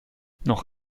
noch